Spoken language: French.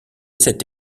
cette